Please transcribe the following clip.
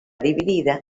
dividida